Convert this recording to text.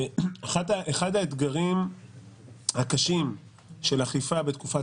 שאחד האתגרים הקשים של אכיפה בתקופת